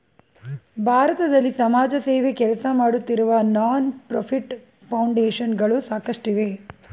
ಭಾರತದಲ್ಲಿ ಸಮಾಜಸೇವೆ ಕೆಲಸಮಾಡುತ್ತಿರುವ ನಾನ್ ಪ್ರಫಿಟ್ ಫೌಂಡೇಶನ್ ಗಳು ಸಾಕಷ್ಟಿವೆ